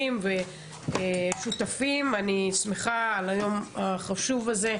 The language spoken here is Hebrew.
אני שמחה על היום החשוב הזה.